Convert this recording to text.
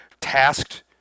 tasked